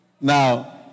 Now